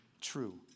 true